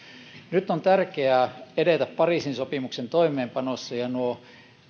nyt on tärkeää edetä pariisin sopimuksen toimeenpanossa ja nuo